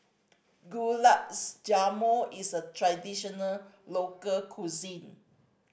Jamun is a traditional local cuisine